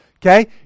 Okay